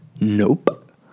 nope